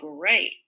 great